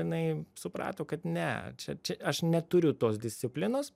jinai suprato kad ne čia čia aš neturiu tos disciplinos